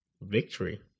victory